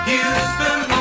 Houston